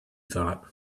thought